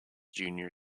junior